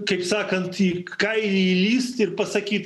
kaip sakant į kailį įlist ir pasakyt